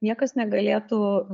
niekas negalėtų